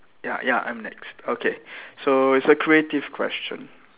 ya ya I'm next okay so it's a creative question